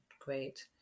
great